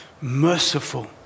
merciful